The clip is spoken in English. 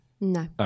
No